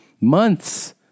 Months